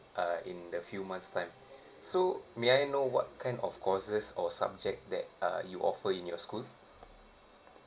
uh in a few months' time so may I know what kind of courses or subject that uh you offer in your school